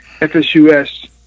fsus